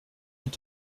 est